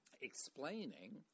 explaining